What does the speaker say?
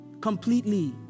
Completely